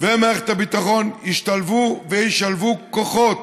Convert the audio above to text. ומערכת הביטחון ישתלבו וישלבו כוחות